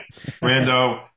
Brando